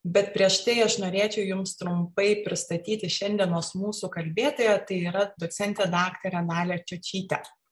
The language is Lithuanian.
bet prieš tai aš norėčiau jums trumpai pristatyti šiandienos mūsų kalbėtoją tai yra docentę daktarę dalią čiočytę